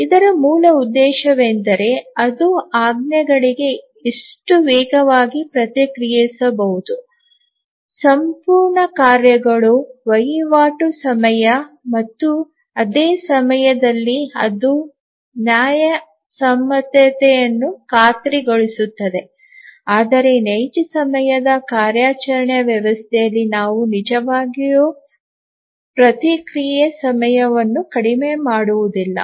ಇದರ ಮೂಲ ಉದ್ದೇಶವೆಂದರೆ ಅದು ಆಜ್ಞೆಗಳಿಗೆ ಎಷ್ಟು ವೇಗವಾಗಿ ಪ್ರತಿಕ್ರಿಯಿಸಬಹುದು ಸಂಪೂರ್ಣ ಕಾರ್ಯಗಳು ವಹಿವಾಟು ಸಮಯ ಮತ್ತು ಅದೇ ಸಮಯದಲ್ಲಿ ಅದು ನ್ಯಾಯಸಮ್ಮತತೆಯನ್ನು ಖಾತ್ರಿಗೊಳಿಸುತ್ತದೆ ಆದರೆ ನೈಜ ಸಮಯದ ಕಾರ್ಯಾಚರಣಾ ವ್ಯವಸ್ಥೆಯಲ್ಲಿ ನಾವು ನಿಜವಾಗಿಯೂ ಪ್ರತಿಕ್ರಿಯೆ ಸಮಯವನ್ನು ಕಡಿಮೆ ಮಾಡುವುದಿಲ್ಲ